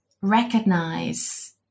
recognize